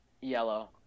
yellow